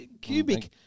Cubic